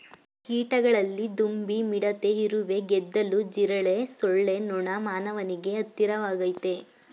ಕೀಟಗಳಲ್ಲಿ ದುಂಬಿ ಮಿಡತೆ ಇರುವೆ ಗೆದ್ದಲು ಜಿರಳೆ ಸೊಳ್ಳೆ ನೊಣ ಮಾನವನಿಗೆ ಹತ್ತಿರವಾಗಯ್ತೆ